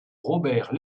robert